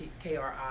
KRI